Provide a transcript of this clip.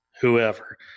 whoever